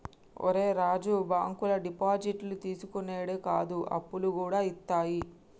ఒరే రాజూ, బాంకులు డిపాజిట్లు తీసుకునుడే కాదు, అప్పులుగూడ ఇత్తయి